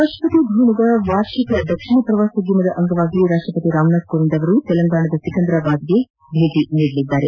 ರಾಷ್ಟ್ರಪತಿ ಭವನದ ವಾರ್ಷಿಕ ದಕ್ಷಿಣ ಪ್ರವಾಸೋದ್ಯಮದ ಅಂಗವಾಗಿ ರಾಷ್ಟ್ರಪತಿ ರಾಮನಾಥ್ ಕೋವಿಂದ್ ಇಂದು ತೆಲಂಗಾಣದ ಸಿಕಂದರಾಬಾದ್ಗೆ ಭೇಟಿ ನೀಡಲಿದ್ದಾರೆ